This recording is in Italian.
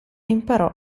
imparò